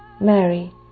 Mary